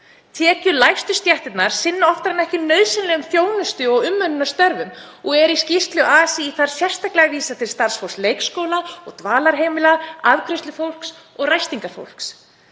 Tekjulægstu stéttirnar sinna oftar en ekki nauðsynlegri þjónustu og umönnunarstörfum og í skýrslu ASÍ er sérstaklega vísað til starfsfólks leikskóla og dvalarheimila, afgreiðslufólks og ræstingafólks.